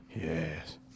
Yes